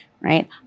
right